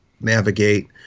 navigate